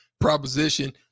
proposition